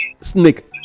snake